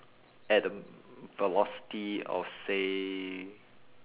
at the velocity of say